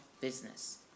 business